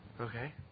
Okay